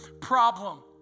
problem